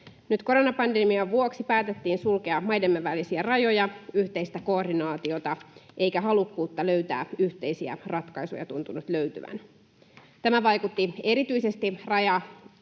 Nyt koronapandemian vuoksi päätettiin sulkea maidemme välisiä rajoja, yhteistä koordinaatiota, eikä halukkuutta löytää yhteisiä ratkaisuja tuntunut löytyvän. Tämä vaikutti erityisesti